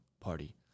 Party